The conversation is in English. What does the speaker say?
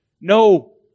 no